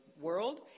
world